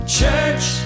church